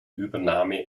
übernahme